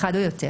אחד או יותר,